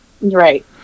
Right